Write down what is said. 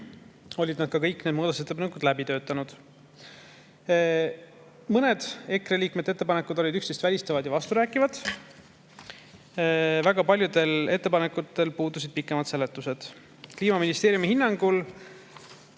olid nad kõik muudatusettepanekud läbi töötanud. Mõned EKRE liikmete ettepanekud olid üksteist välistavad ja vasturääkivad, väga paljudel ettepanekutel puudusid pikemad seletused. Kliimaministeeriumi hinnangul